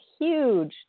huge